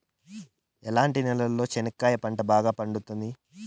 ఎట్లాంటి నేలలో చెనక్కాయ పంట బాగా పండుతుంది?